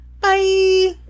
Bye